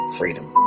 freedom